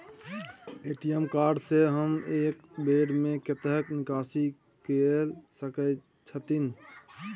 ATM card से हम एक बेर में कतेक निकासी कय सके छथिन?